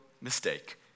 mistake